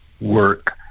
work